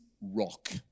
rock